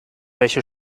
welche